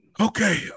Okay